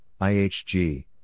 IHG